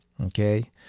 Okay